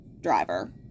driver